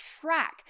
track